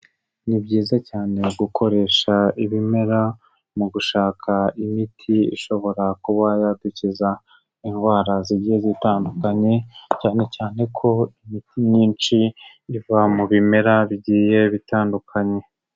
Ni byiza cyane gukoresha ibimera mu gushaka imiti ishobora kuba yadukiza indwara zigiye zitandukanye cyane cyane ko imiti myinshi iva mu bimera bigiye bitandukanye.